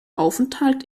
aufenthalt